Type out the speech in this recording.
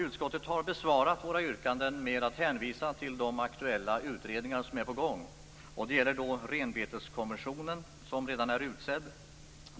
Utskottet har besvarat våra yrkanden med att hänvisa till de aktuella utredningar som är på gång. Det gäller renbeteskonventionen, som redan är utsedd.